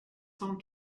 cent